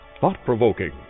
thought-provoking